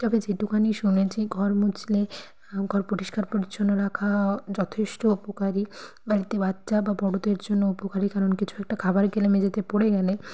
তবে যেটুকুনি শুনেছি ঘর মুছলে ঘর পরিষ্কার পরিচ্ছন্ন রাখা যথেষ্ট উপকারী বাড়িতে বাচ্চা বা বড়দের জন্য উপকারী কারণ কিছু একটা খাবার খেলে মেঝেতে পড়ে গেলে